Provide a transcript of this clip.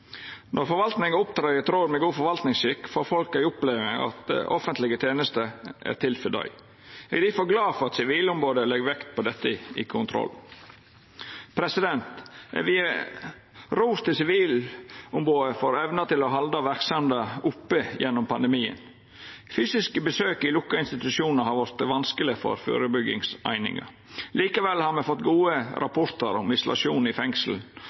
Når forvaltninga opptrer i tråd med god forvaltningsskikk, får folk ei oppleving av at offentlege tenester er til for dei. Eg er difor glad for at Sivilombodet legg vekt på dette i kontroll. Eg vil gje ros til Sivilombodet for evna til å halda verksemda oppe gjennom pandemien. Fysiske besøk i lukka institusjonar har vorte vanskelege for førebyggingseininga. Likevel har me fått gode rapportar om isolasjon i fengsel